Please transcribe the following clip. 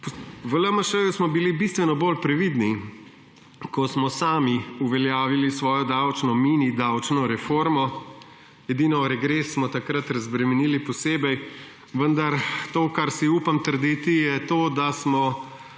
V LMŠ smo bili bistveno bolj previdni, ko smo sami uveljavili svojo mini davčno reformno, edino regres smo takrat razbremenili posebej, vendar to, kar si upam trditi, je to, da smo